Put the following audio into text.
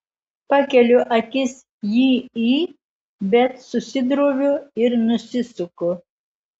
pakeliu akis jį į bet susidroviu ir nusisuku